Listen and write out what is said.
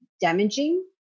damaging